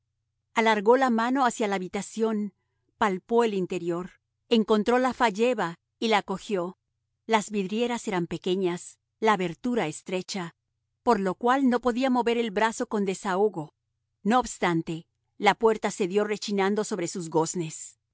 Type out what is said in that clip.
alargó la mano hacia la habitación palpó el interior encontró la falleba y la cogió las vidrieras eran pequeñas la abertura estrecha por lo cual no podía mover el brazo con desahogo no obstante la puerta cedió rechinando sobre sus goznes